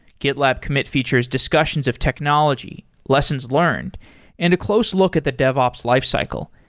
gitlab commit features discussions of technology, lessons learned and a close look at the devops lifecycle,